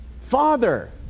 Father